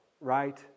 right